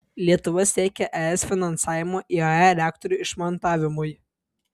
lietuva siekia es finansavimo iae reaktorių išmontavimui